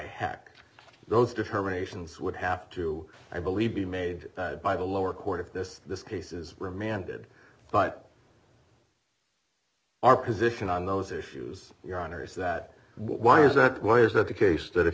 hack those determinations would have to i believe be made by the lower court if this this case is remanded but our position on those issues your honor is that why is that why is that the case that if